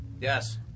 Yes